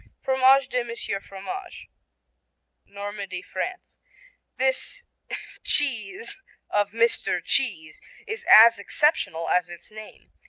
fromage de monsieur fromage normandy, france this cheese of mr. cheese is as exceptional as its name.